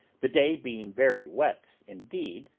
the day being very wet indeed,